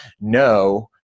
no